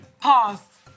Pause